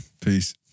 Peace